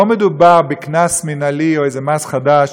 לא מדובר בקנס מינהלי או באיזה מס חדש